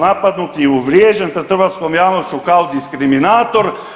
napadnut i uvrijeđen pred hrvatskom javnošću kao diskriminator.